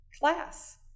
class